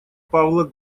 павла